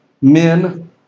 men